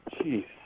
Jeez